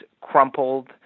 crumpled